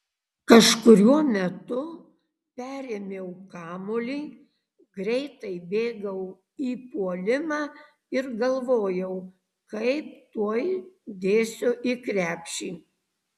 kažkuriuo metu perėmiau kamuolį greitai bėgau į puolimą ir galvojau kaip tuoj dėsiu į krepšį